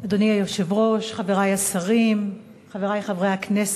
אדוני היושב-ראש, חברי השרים, חברי חברי הכנסת,